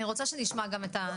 אני רוצה שנשמע גם את המציגים.